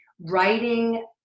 writing